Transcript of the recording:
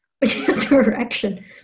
Direction